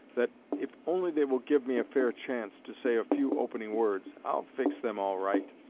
that if only they will give me a fair chance to say a few opening words, i'll fix them all right.